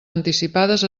anticipades